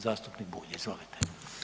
Zastupnik Bulj izvolite.